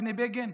בני בגין,